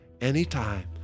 anytime